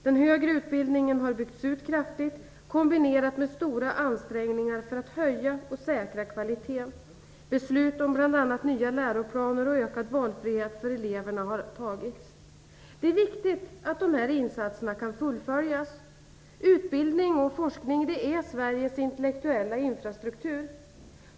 Den högre utbildningen har byggts ut kraftigt, kombinerat med stora ansträngningar för att höja och säkra kvaliteten. Beslut om bl.a. nya läroplaner och ökad valfrihet för eleverna har fattats. Det är viktigt att dessa insatser kan fullföljas. Utbildning och forskning är Sveriges intellektuella infrastruktur.